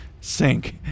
sink